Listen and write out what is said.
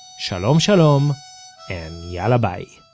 shalom shalom and yalla bye